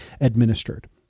administered